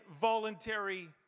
voluntary